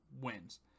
wins